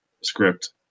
script